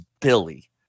Billy